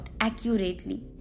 accurately